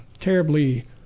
terribly